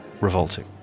revolting